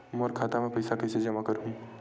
मोर खाता म पईसा कइसे जमा करहु?